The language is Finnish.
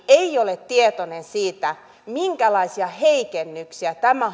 ei ole tietoinen siitä minkälaisia heikennyksiä tämä